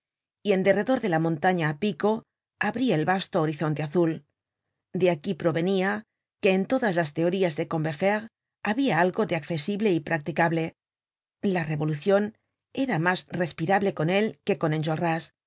y en derredor de la montaña á pico abria el vasto horizonte azul de aquí provenia que en todas las teorías de combeferre habia algo de accesible y practicable la revolucion era mas respirable con él que con